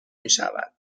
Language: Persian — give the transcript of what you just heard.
میشود